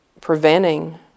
preventing